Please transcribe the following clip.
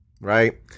right